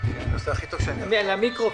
אני משיב בשני מישורים,